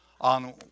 on